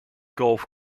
golf